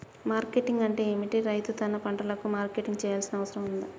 Marketing అంటే ఏమిటి? రైతు తన పంటలకు మార్కెటింగ్ చేయాల్సిన అవసరం ఉందా?